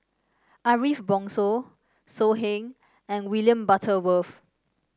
Ariff Bongso So Heng and William Butterworth